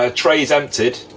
ah tray is emptied.